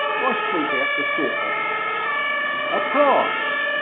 i sleep out the thought of it a prize!